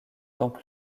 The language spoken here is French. temps